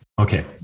Okay